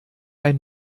ein